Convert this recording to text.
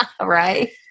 Right